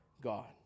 God